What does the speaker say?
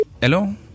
Hello